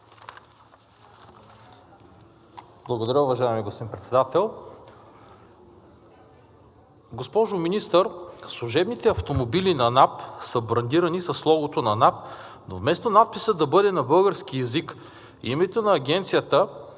Благодаря, уважаеми господин Председател. Госпожо Министър, служебните автомобили на НАП са брандирани с логото на НАП, но вместо надписът да бъде на български език, името на Агенцията